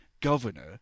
governor